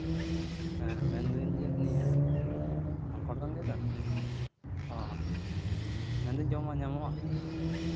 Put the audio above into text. ᱦᱮᱸ ᱢᱮᱱ ᱫᱟᱹᱧ ᱡᱮ ᱱᱤᱭᱟᱹ ᱢᱟᱱᱠᱚᱲ ᱠᱷᱚᱱ ᱞᱟᱹᱭ ᱫᱟ ᱚ ᱢᱮᱱᱫᱟᱹᱧ ᱡᱚᱢᱟᱜ ᱧᱟᱢᱚᱜᱼᱟ